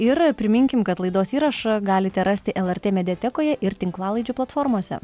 ir priminkim kad laidos įrašą galite rasti lrt mediatekoje ir tinklalaidžių platformose